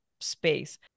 space